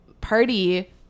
party